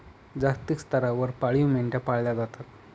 जागतिक स्तरावर पाळीव मेंढ्या पाळल्या जातात